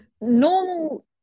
normal